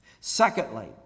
Secondly